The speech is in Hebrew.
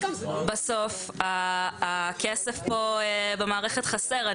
בסוף הכסף במערכת פה חסר.